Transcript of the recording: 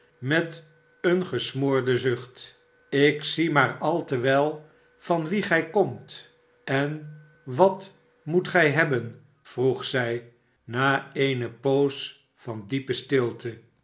met een gesmoorden zucht ik zie maar al te wel van wien gij komt en wat moet gij hebben vroeg zijna eene poos van diepe stilte